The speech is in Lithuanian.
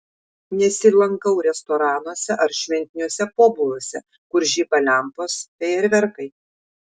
nesilankau restoranuose ar šventiniuose pobūviuose kur žiba lempos fejerverkai